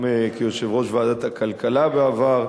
גם כיושב-ראש ועדת הכלכלה בעבר,